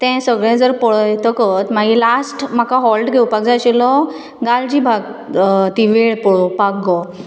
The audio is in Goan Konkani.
तें सगळें जर पळयतगर मागी लास्ट म्हाका हॉल्ट घेवपाक जाय आशिल्लो गालजिबाग ती वेळ पळोवपाक गो